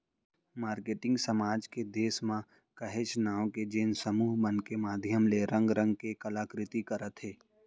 marketing समाज के देस म काहेच नांव हे जेन समूह मन के माधियम ले रंग रंग के कला कृति करत हे